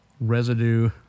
residue